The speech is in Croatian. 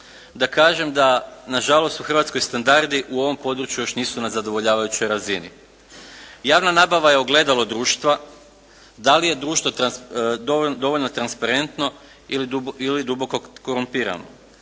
da kažem da nažalost u Hrvatskoj standardi na ovom području još nisu na zadovoljavajućoj razini. Javna nabava je ogledalo društva. Da li je društvo dovoljno transparentno ili duboko korumpirano,